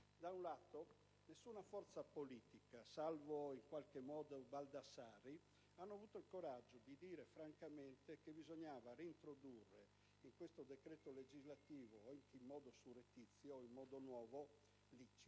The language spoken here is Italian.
Da un lato, nessuna forza politica, salvo in qualche modo il senatore Baldassarri, ha avuto il coraggio di dire francamente che bisognava nuovamente reintrodurre in questo decreto legislativo, anche in modo surrettizio o in modo nuovo. L'ICI